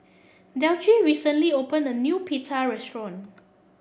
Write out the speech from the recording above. delcie recently opened a new Pita restaurant